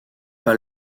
pas